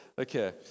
Okay